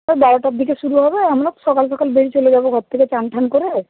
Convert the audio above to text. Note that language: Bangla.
ওই বারোটার দিকে শুরু হবে আমরা সকাল সকাল বেরিয়ে চলে যাবো ঘর থেকে চানটান করে